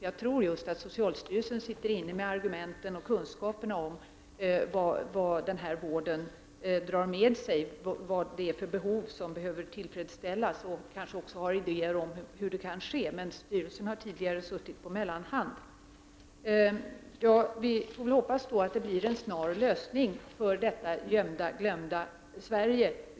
Jag tror att just socialstyrelsen sitter inne med kunskapen om vad den här vården drar med sig och vilka behov det är som måste tillfredsställas. Kanske man också har idéer om hur detta skall genomföras. Men socialstyrelsen har tidigare suttit på mellanhand. Vi får hoppas att det blir en snar lösning för detta glömda och gömda Sverige.